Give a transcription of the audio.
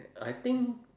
I think